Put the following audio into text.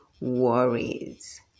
worries